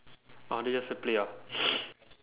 ah then just play ah